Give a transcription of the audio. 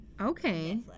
Okay